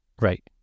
Right